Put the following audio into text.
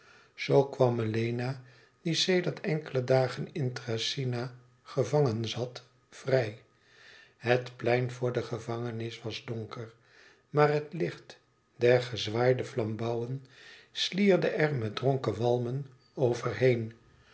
zoo kwam melena die sedert enkele dagen in thracyna gevangen zat vrij het plein voor de gevangenis was donker maar het licht der gezwaaide flambouwen slierde er met dronken walmen over